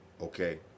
Okay